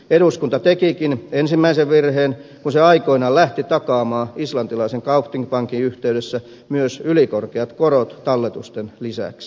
eduskunta tekikin ensimmäisen virheen kun se aikoinaan lähti takaamaan islantilaisen kaupthing pankin yhteydessä myös ylikorkeat korot talletusten lisäksi